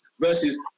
versus